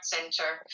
Centre